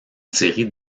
série